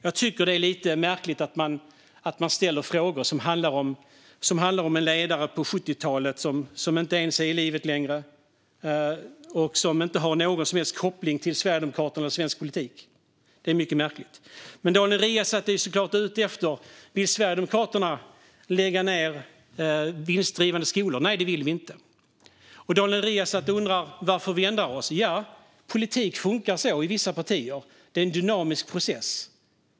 Jag tycker att det är lite märkligt att ställa frågor som handlar om en ledare på 70-talet som inte ens är i livet längre och som inte har någon som helst koppling till Sverigedemokraterna och svensk politik. Det är mycket märkligt. Daniel Riazat är såklart ute efter om Sverigedemokraterna vill lägga ned vinstdrivande skolor. Nej, det vill vi inte. Daniel Riazat undrar varför vi har ändrat oss. Ja, politik funkar så i vissa partier - det är en dynamisk process.